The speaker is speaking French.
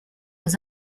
aux